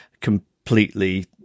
completely